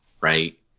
Right